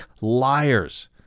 liars